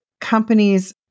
companies